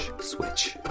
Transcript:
switch